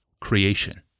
creation